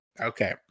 Okay